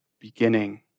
beginning